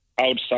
outside